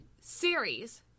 series